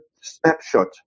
snapshot